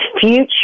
future